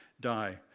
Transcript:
die